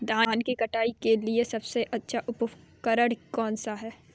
धान की कटाई के लिए सबसे अच्छा उपकरण कौन सा है?